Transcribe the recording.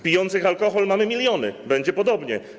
Pijących alkohol mamy miliony - będzie podobnie.